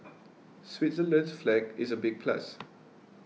Switzerland's flag is a big plus